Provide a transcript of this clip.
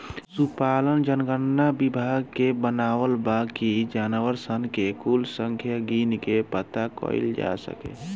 पसुपालन जनगणना विभाग के बनावल बा कि जानवर सन के कुल संख्या गिन के पाता कइल जा सके